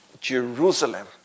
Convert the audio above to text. Jerusalem